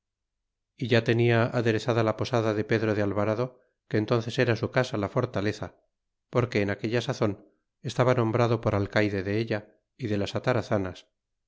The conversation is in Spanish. ya tenia aderezada la posada de pedro de alvarado que entónces era su casa la fortaleza porque en aquella sazon estaba nombrado por alcayde della y de las atarazanas